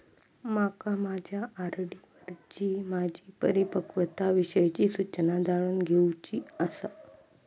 माका माझ्या आर.डी वरची माझी परिपक्वता विषयची सूचना जाणून घेवुची आसा